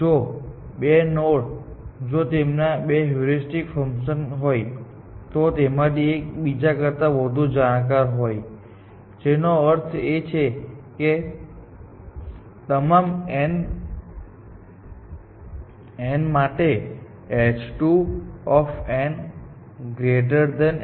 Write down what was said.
જો બે નોડ જો તેમના બે હ્યુરિસ્ટિક ફંકશન હોય તો તેમાંથી એક બીજા કરતા વધુ જાણકાર હોય છે જેનો અર્થ એ છે કે તમામ N માટે h2 h1